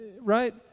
right